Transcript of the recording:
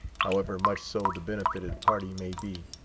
however much so the benefited party may be.